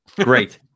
great